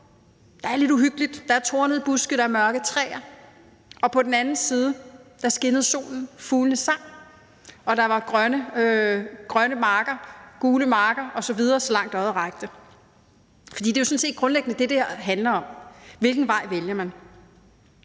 der er lidt uhyggeligt, der er tornede buske, der er mørke træer – og på den anden side skinnede solen, fuglene sang, og der var grønne marker, gule marker osv., så langt øjet rakte. Det er jo sådan set grundlæggende det, det her handler om, nemlig hvilken vej man